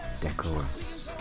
decorous